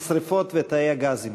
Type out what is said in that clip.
משרפות ותאי גזים.